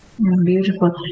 Beautiful